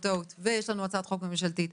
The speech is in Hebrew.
ויש לנו הצעת חוק ממשלתית.